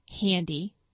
handy